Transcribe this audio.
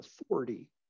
authority